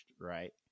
right